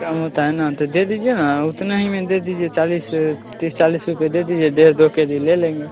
कम होता है न तो दे दीजिए न उतना ही में दे दीजिए चालीस तीस चालीस रुपए दे दीजिए डेढ़ दो केजी ले लेंगे